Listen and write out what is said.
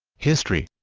history